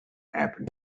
happen